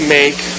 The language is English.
make